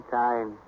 time